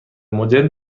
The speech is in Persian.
مدرن